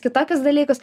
kitokius dalykus